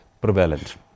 prevalent